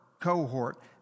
cohort